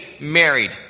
married